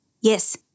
Yes